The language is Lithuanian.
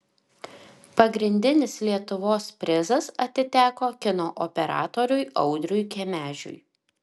pagrindinis lietuvos prizas atiteko kino operatoriui audriui kemežiui